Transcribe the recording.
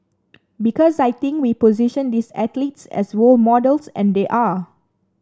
because I think we position these athletes as role models and they are